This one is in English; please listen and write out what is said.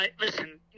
listen